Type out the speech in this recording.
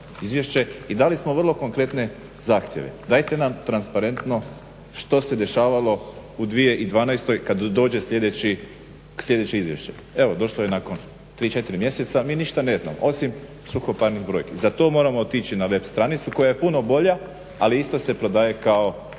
i dali smo vrlo konkretne zahtjeve – dajte nam transparentno što se dešavalo u 2012. kad dođe sljedeće izvješće. Evo došlo je nakon 3, 4 mjeseca mi ništa ne znamo osim suhoparnih brojki. Za to moramo otići na web stranicu koja je puno bolja, ali isto se prodaje kao